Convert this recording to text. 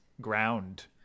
ground